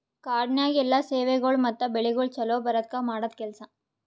ಕಾಡನ್ಯಾಗ ಎಲ್ಲಾ ಸೇವೆಗೊಳ್ ಮತ್ತ ಬೆಳಿಗೊಳ್ ಛಲೋ ಬರದ್ಕ ಮಾಡದ್ ಕೆಲಸ